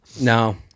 No